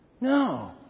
No